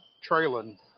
trailing